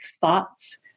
thoughts